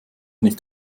nicht